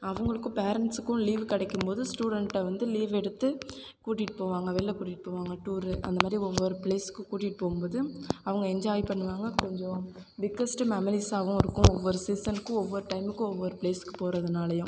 அவங்களுக்கும் பேரன்ட்ஸ்கும் லீவு கிடைக்கும்போது ஸ்டூடண்ட்டை வந்து லீவ் எடுத்து கூட்டிகிட்டு போவாங்க வெளில கூட்டிகிட்டு போவாங்க டூரு அந்தமாதிரி ஒவ்வொரு ப்ளேஸுக்கு கூட்டிகிட்டு போகும்போது அவுங்க என்ஜாய் பண்ணுவாங்க கொஞ்சம் பிக்கஸ்ட் மெமரிஸாகவும் இருக்கும் ஒவ்வொரு சீசனுக்கும் ஒவ்வொரு டைமுக்கும் ஒவ்வொரு ப்ளேஸுக்கு போகிறதுனாலையும்